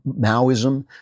Maoism